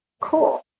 cool